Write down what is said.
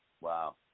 Wow